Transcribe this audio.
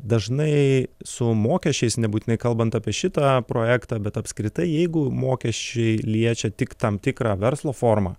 dažnai su mokesčiais nebūtinai kalbant apie šitą projektą bet apskritai jeigu mokesčiai liečia tik tam tikrą verslo formą